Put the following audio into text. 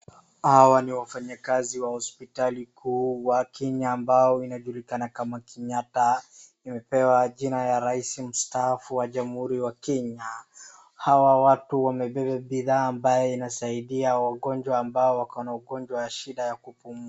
Hawa ni wafanyikazi wa hospitali kuu wa Kenya ambayo inajulikana kama Kenyatta, nimepewa jina ya rais mustaafu wa jamhuri ya Kenya, hawa watu wamebeba bidhaa ambaye inasaidia wagonjwa ambao wako na ugonjwa ya shida ya kupumua.